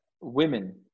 women